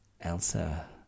Elsa